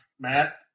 Matt